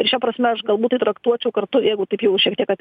ir šia prasme aš galbūt tai traktuočiau kartu jeigu taip jau šiek tiek kad